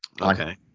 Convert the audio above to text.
okay